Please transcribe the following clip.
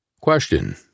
Question